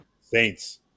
Saints